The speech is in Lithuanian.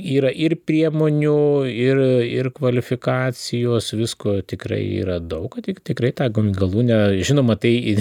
yra ir priemonių ir ir kvalifikacijos visko tikrai yra daug tik tikrai tą galūnę žinoma tai